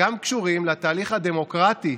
וגם קשורים לתהליך הדמוקרטי